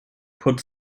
put